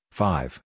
five